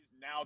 now